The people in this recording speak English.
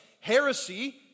heresy